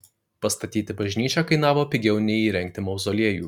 pastatyti bažnyčią kainavo pigiau nei įrengti mauzoliejų